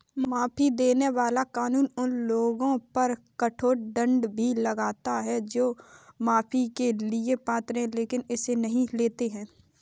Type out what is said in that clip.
माफी देने वाला कानून उन लोगों पर कठोर दंड भी लगाता है जो माफी के लिए पात्र हैं लेकिन इसे नहीं लेते हैं